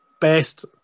best